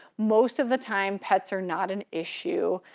most of the time pets are not an issue.